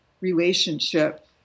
relationship